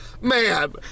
Man